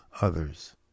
others